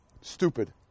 stupid